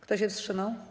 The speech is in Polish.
Kto się wstrzymał?